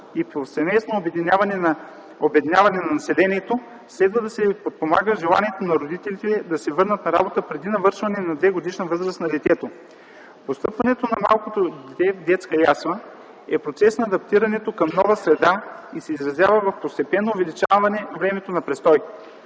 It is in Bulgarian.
и повсеместно обедняване на населението следва да се подпомага желанието на родителите да се върнат на работа преди навършване на 2-годишна възраст на детето. Постъпването на малкото дете в детска ясла е процес на адаптиране към нова среда и се изразява в постепенно увеличаване времето на престой.